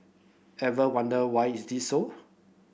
ever wonder why it is so